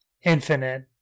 infinite